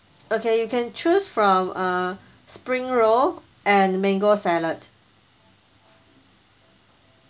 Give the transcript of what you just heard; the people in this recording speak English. okay you can choose from uh spring roll and mango salad